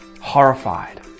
horrified